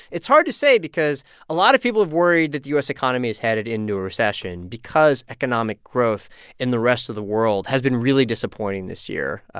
it's hard to say because a lot of people have worried that the u s. economy is headed into a recession because economic growth in the rest of the world has been really disappointing this year,